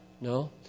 No